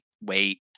wait